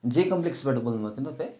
जे कम्प्लेक्सबाट बोल्नु भएको नि तपाईँ